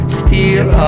steal